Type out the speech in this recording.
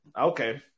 Okay